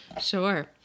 Sure